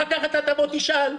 אחר כך תבוא ותשאל,